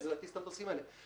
שזה להטיס את המטוסים האלה.